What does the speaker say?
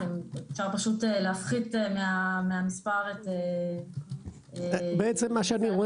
אפשר פשוט להפחית מהמספר את --- בעצם מה שאני רואה